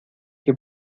que